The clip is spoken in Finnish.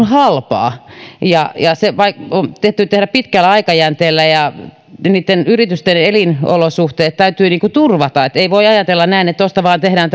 halpaa ja se täytyy tehdä pitkällä aikajänteellä ja niitten yritysten elinolosuhteet täytyy turvata ei voi ajatella näin että tuosta vain tehdään